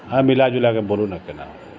हँ मिला जुलाके बोलू न केना